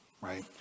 right